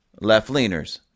left-leaners